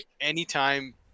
anytime